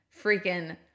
freaking